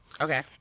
Okay